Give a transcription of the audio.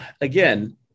again